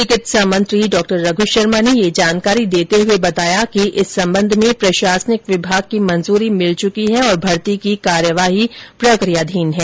चिकित्सा मंत्री डॉ रघ्र शर्मा ने यह जानकारी देते हुए बताया कि इस संबंध में प्रशासनिक विभाग की मंजूरी मिल चुकी है और भर्ती की कार्यवाही प्रकियाधीन है